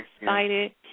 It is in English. excited